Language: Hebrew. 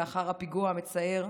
לאחר הפיגוע המצער.